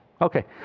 Okay